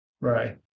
Right